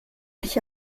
dich